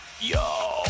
yo